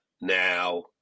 now